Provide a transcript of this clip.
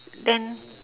then